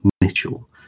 Mitchell